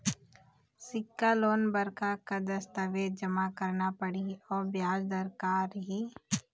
सिक्छा लोन बार का का दस्तावेज जमा करना पढ़ही अउ ब्याज दर का रही?